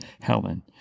Helen